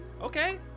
Okay